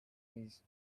years